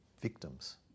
victims